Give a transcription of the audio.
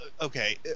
okay